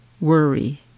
worry